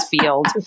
field